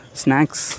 snacks